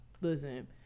Listen